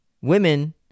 Women